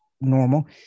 normal